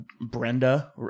Brenda